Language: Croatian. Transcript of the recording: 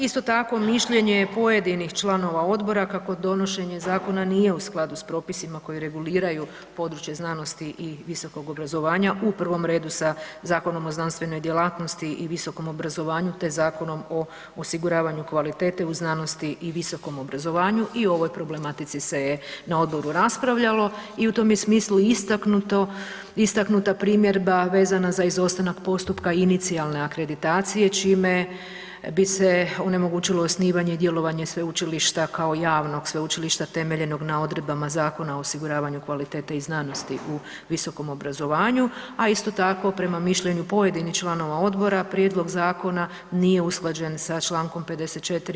Isto tako mišljenje je pojedinih članova odbora kako donošenje zakona nije u skladu s propisima koji reguliraju područje znanosti i visokog obrazovanja, u prvom redu sa Zakonom o znanstvenom djelatnosti i visokom obrazovanju, te Zakonom o osiguravanju kvalitete u znanosti i visokom obrazovanju i o ovoj problematici se je na odboru raspravljalo i u tom je smislu istaknuto, istaknuta primjedba vezana za izostanak postupka inicijalne akreditacije čime bi se onemogućilo osnivanje i djelovanje sveučilišta kao javnog sveučilišta temeljenog na odredbama Zakona o osiguravanju kvalitete i znanosti u visokom obrazovanju, a isto tako prema mišljenju pojedinih članova odbora prijedlog zakona nije usklađen sa čl. 54.